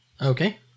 Okay